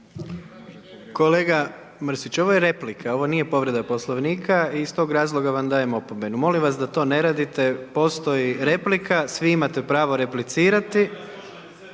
Kolega Mrsić, ovo je replika ovo nije povreda poslovnika i iz tog razloga vam dajem opomenu. Molim vas da to ne radite, postoji replika, svi imate pravo replicirati.